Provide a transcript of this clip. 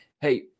hey